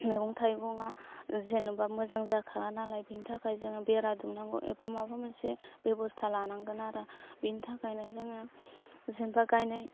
मैगं थायगंआ जेनेबा मोजां जाखाङा नालाय बेनि थाखाय जोङो बेरा दुमनांगौ एबा माबा मोनसे बेबस्था लानांगोन आरो बेनि थाखायनो जोङो जेनेबा गायनाय